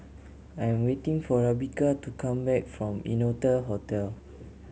I am waiting for Rebekah to come back from Innotel Hotel